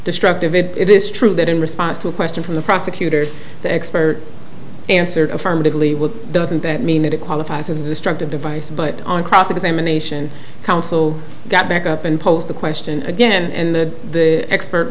destructive it is true that in response to a question from the prosecutor the expert answered affirmatively would doesn't that mean that it qualifies as a destructive device but on cross examination counsel got back up and posed the question again and the expert